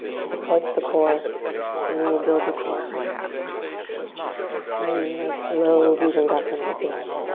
to support the core and then we'll build the core, right, to support the back. so find nice low bujanasana, if you like.